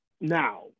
now